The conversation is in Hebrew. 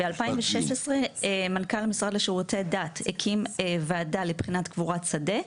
ב-2016 מנכ"ל המשרד לשירותי הדת הקים וועדה לבחינת קבורת שדה,